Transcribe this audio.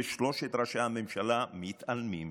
ושלושת ראשי הממשלה מתעלמים.